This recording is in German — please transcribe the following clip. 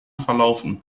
verlaufen